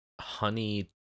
honey